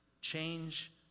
Change